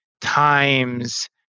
times